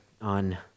on